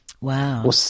Wow